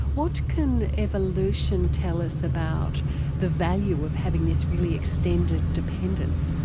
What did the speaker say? what can evolution tell us about the value of having this really extended dependence?